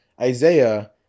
Isaiah